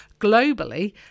globally